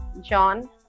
John